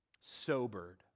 sobered